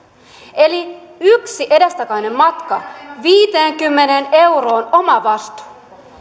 eli yhden edestakaisen matkan omavastuun viiteenkymmeneen euroon